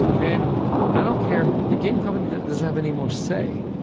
then i don't care, the game company doesn't have any more say.